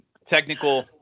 Technical